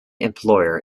employer